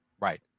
Right